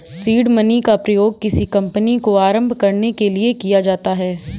seed money का प्रयोग किसी कंपनी को आरंभ करने के लिए किया जाता है